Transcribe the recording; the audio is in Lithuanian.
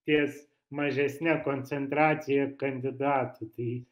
ties mažesne koncentracija kandidatų tai